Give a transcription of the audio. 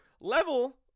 level